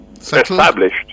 established